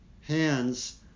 hands